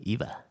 Eva